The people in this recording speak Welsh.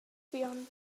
ffion